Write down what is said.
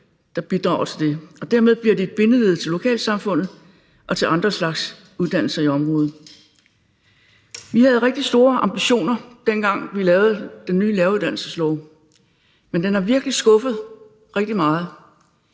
der bidrager til det, og dermed bliver de et bindeled til lokalsamfundet og til andre slags uddannelser i området. Kl. 18:18 Vi havde rigtig store ambitioner, dengang vi lavede den nye læreruddannelseslov, men den har virkelig skuffet rigtig meget,